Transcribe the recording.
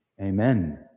Amen